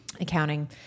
accounting